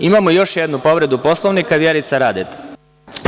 Imamo još jednu povredu Poslovnika, reč ima Vjerica Radeta.